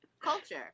culture